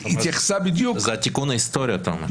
זה התיקון ההיסטורי, אתה אומר.